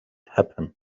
happen